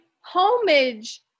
homage